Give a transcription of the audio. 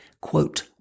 quote